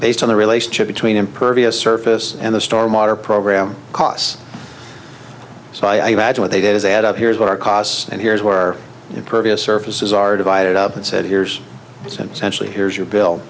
based on the relationship between impervious surface and the storm otter program costs so i imagine what they did is add up here's what our costs and here's where impervious surfaces are divided up and said years since actually here's your bill